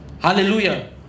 Hallelujah